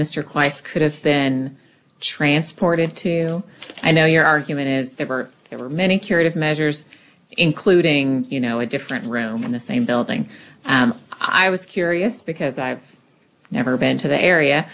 class could have been transported to i know your argument is there were there were many curative measures including you know a different room in the same building and i was curious because i've never been to the area